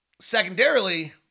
Secondarily